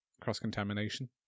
cross-contamination